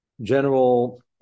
general